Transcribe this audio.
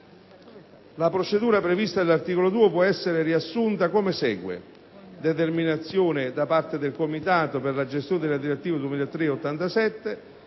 La procedura prevista dall'articolo 2 può essere riassunta come segue: determinazione, da parte del Comitato per la gestione della direttiva 2003/87/CE,